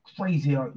Crazy